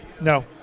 No